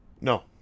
No